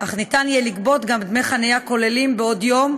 אך ניתן יהיה לגבות גם דמי חניה כוללים בעד יום,